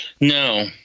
No